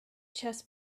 chess